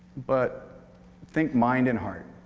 but think mind and heart,